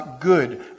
good